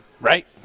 right